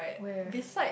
where